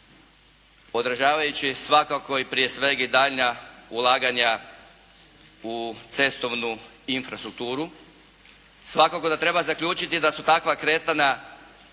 odražavajući svakako i prije svega i daljnja ulaganja u cestovnu infrastrukturu. Svakako treba zaključiti da su takva kretanja